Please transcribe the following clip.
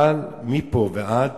אבל מפה ועד